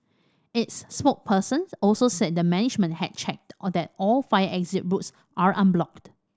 its spokesperson also said the management had checked all that all fire exit routes are unblocked